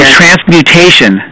transmutation